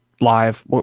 live